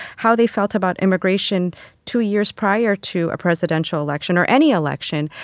how they felt about immigration two years prior to a presidential election, or any election,